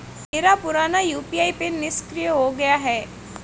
मेरा पुराना UPI PIN निष्क्रिय हो गया है